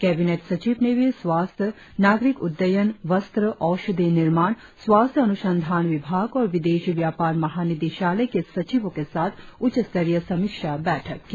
cabinet सचिव ने भी स्वास्थ्य नागरिक उड्डयन वस्त्र औषधि निर्माण स्वास्थ्य अनुसंधान विभाग और विदेश व्यापार महानिदेशालय के सचिवों के साथ उच्चस्तरीय समीक्षा बैठक की